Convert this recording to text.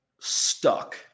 stuck